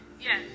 Yes